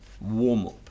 warm-up